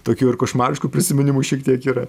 tokių ir košmariškų prisiminimų šiek tiek yra